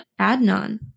Adnan